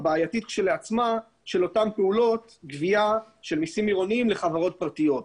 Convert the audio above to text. הבעייתית כשלעצמה של אותן פעולות גביית מיסים עירוניים לחברות פרטיות.